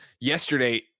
yesterday